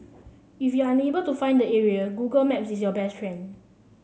if you're unable to find the area Google Maps is your best